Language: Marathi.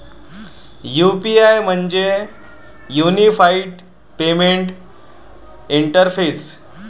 यू.पी.आय म्हणजे युनिफाइड पेमेंट इंटरफेस